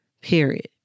period